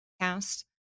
cast